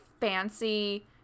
fancy